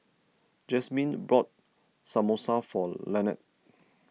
Jazmyne bought Samosa for Lanette